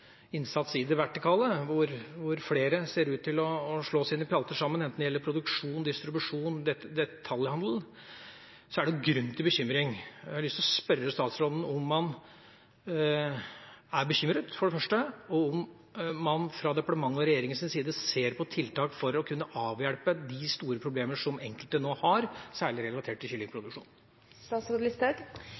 innsats i det vertikale – og hvor flere ser ut til å slå sine pjalter sammen, enten det gjelder produksjon, distribusjon, detaljhandel – så er det grunn til bekymring. Og jeg har lyst til å spørre statsråden for det første om man er bekymret, og om man fra departementet og regjeringas side ser på tiltak for å kunne avhjelpe de store problemene som enkelte nå har, særlig relatert til